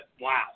Wow